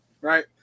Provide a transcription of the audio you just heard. right